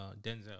Denzel